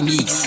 Mix